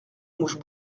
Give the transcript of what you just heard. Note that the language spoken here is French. mouche